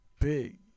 Big